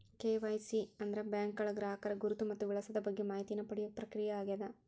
KYC ಅಂದ್ರ ಬ್ಯಾಂಕ್ಗಳ ಗ್ರಾಹಕರ ಗುರುತು ಮತ್ತ ವಿಳಾಸದ ಬಗ್ಗೆ ಮಾಹಿತಿನ ಪಡಿಯೋ ಪ್ರಕ್ರಿಯೆಯಾಗ್ಯದ